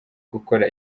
gukora